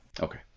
Okay